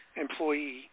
employee